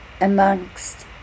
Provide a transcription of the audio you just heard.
amongst